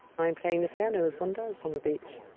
i am playing the piano, as one does on the beach.